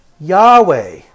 Yahweh